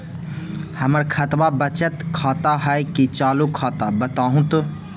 हमर खतबा बचत खाता हइ कि चालु खाता, बताहु तो?